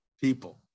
people